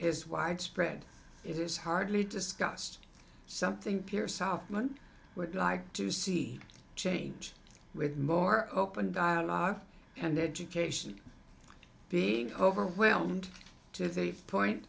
is widespread it is hardly discussed something pearce outman would like to see change with more open dialogue and education being overwhelmed to the point